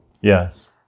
Yes